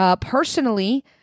Personally